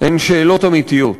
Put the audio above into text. הן שאלות אמיתיות.